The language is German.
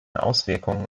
auswirkungen